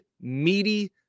meaty